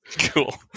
cool